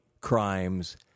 crimes